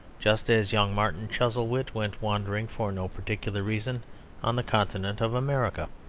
just as young martin chuzzlewit went wandering for no particular reason on the continent of america.